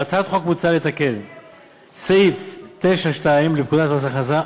בהצעת החוק מוצע לתקן את סעיף 9(2) לפקודת מס הכנסה,